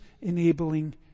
enabling